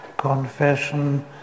Confession